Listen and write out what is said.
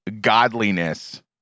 godliness